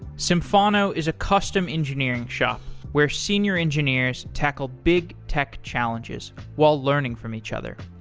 symphono is a custom engineering shop where senior engineers tackle big tech challenges while learning from each other.